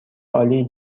عالی